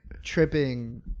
Tripping